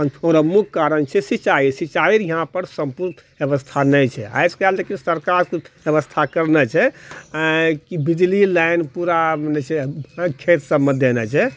ओकर मुख्य कारण छै सिंचाइ सिंचाइ रऽ इहाँ पर सम्पूर्ण व्यवस्था नहि छै आज कल्हि देखिऔ सरकार व्यवस्था करने छै आइ कि बिजली लाइन पूरा मने खेत सभमे देने छै